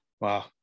Wow